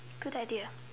good idea